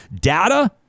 data